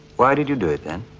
why did you do it then?